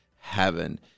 heaven